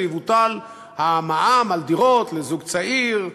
שיבוטל המע"מ על דירות לזוג צעיר,